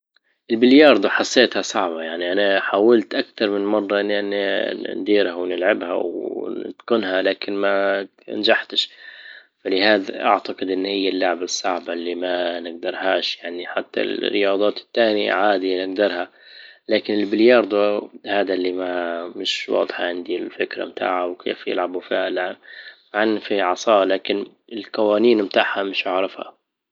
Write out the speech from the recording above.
البلياردو حسيتها صعبة يعني انا حاولت اكتر من مرة اني- اني نديرها ونلعبها ونتقنها لكن ما نجحتش فلهذا اعتقد ان هي اللعبة الصعبة اللي ما نقدرهاش يعني حتى الرياضات التانية عادية نديرها لكن البلياردو مش واضحة عندي الفكرة بتاعها وكيف يلعبوا فيها عن- عن فيها عصاة لكن القوانين بتاعها مش هعرفها